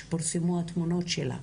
שפורסמו התמונות שלה,